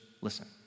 listen